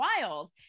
Wild